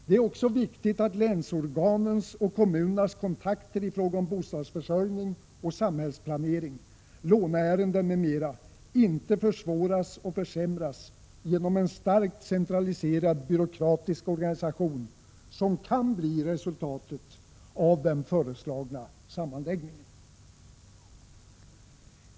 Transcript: Det är också viktigt att länsorganens och kommunernas kontakter i fråga om bostadsförsörjning och samhällsplanering, låneärenden m.m. inte försvåras och försämras genom en starkt centraliserad byråkratisk organisation, som kan bli resultatet av den föreslagna sammanslagningen.